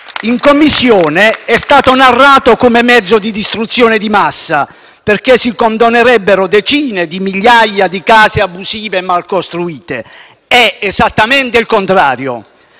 In Commissione è stato narrato come mezzo di distruzione di massa, perché si condonerebbero decine di migliaia di case abusive mal costruite. È esattamente il contrario.